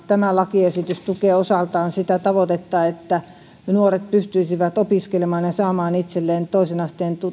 tämä lakiesitys tukee osaltaan sitä tavoitetta että nuoret pystyisivät opiskelemaan ja saamaan itselleen toisen asteen